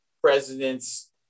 presidents